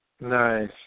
Nice